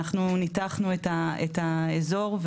אנחנו ניתחנו את האזור,